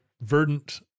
verdant